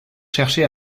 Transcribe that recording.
cherché